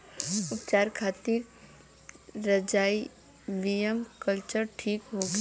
उपचार खातिर rhizobium culture ठीक होखे?